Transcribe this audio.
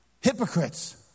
Hypocrites